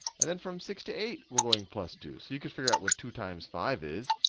and then from six to eight we're going plus two. so you could figure out what two times five is,